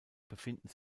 befinden